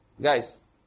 Guys